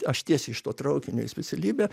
aš tiesiai iš to traukinio į specialybę